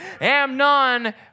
Amnon